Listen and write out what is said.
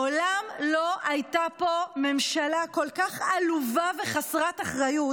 מעולם לא הייתה פה ממשלה כל כך עלובה וחסרת אחריות,